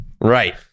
Right